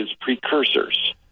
precursors